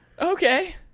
Okay